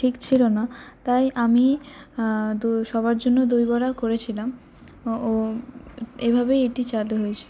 ঠিক ছিল না তাই আমি সবার জন্য দইবড়া করেছিলাম ও এভাবে এটি চালু হয়েছিল